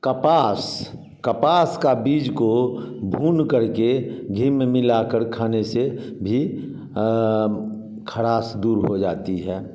कपास कपास का बीज को भून करके घी में मिलाकर के खाने से भी खड़ास दूर हो जाती है